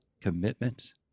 commitment